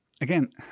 Again